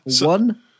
one